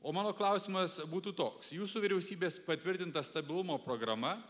o mano klausimas būtų toks jūsų vyriausybės patvirtinta stabilumo programa